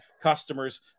customers